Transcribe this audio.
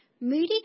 Moody